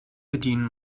bedienen